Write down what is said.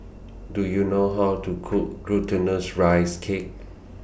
Do YOU know How to Cook Glutinous Rice Cake